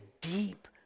deep